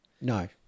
No